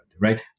right